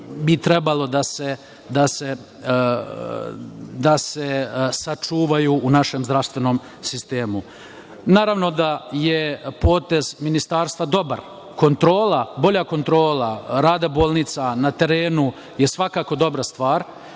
bi trebalo da se sačuvaju u našem zdravstvenom sistemu. Naravno da je potez ministarstva dobar. Kontrola, bolja kontrola rada bolnica na terenu je svakako dobra stvar